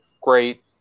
great